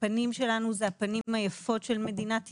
הפנים שלנו הן הפנים היפות של מדינת ישראל.